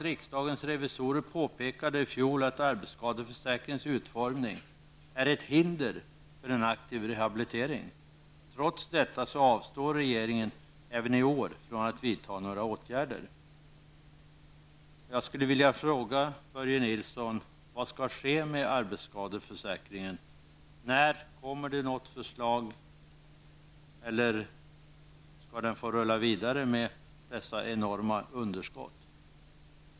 Riksdagens revisorer påpekade i fjol att arbetsskadeförsäkringens utformning är ett hinder för en aktiv rehabilitering. Trots detta avstår regeringen även i år från att vidta några åtgärder.